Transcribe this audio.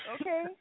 okay